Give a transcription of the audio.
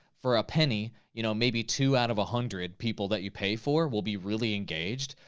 for a penny, you know maybe two out of a hundred people that you pay for will be really engaged.